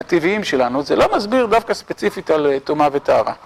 הטבעיים שלנו, זה לא מסביר דווקא ספציפית על טומאה וטהרה.